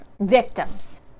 victims